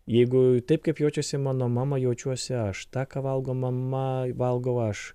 jeigu taip kaip jaučiasi mano mama jaučiuosi aš tą ką valgo mama valgau aš